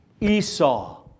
Esau